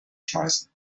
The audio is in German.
schmeißen